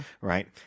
right